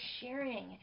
sharing